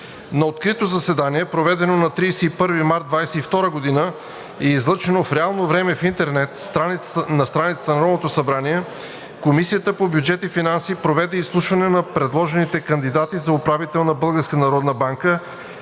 „На открито заседание, проведено на 31 март 2022 г. и излъчено в реално време в интернет страницата на Народното събрание, Комисията по бюджет и финанси проведе изслушване на предложените кандидати за управител на